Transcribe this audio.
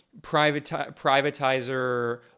privatizer